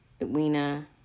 Weena